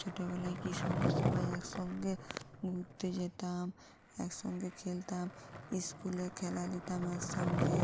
ছোটোবেলায় কি সুন্দর সবাই একসঙ্গে ঘুরতে যেতাম একসঙ্গে খেলতাম স্কুলে খেলা নিতাম একসঙ্গে